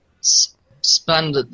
spend